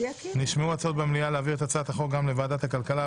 נשמעו הצעות במליאה להעביר את הצעת החוק גם לוועדת הכלכלה,